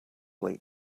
late